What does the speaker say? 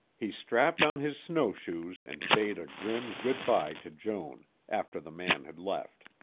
he strapped on his snowshoes and bade a grim good-bye to joan, after the man had left.